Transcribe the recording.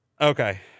Okay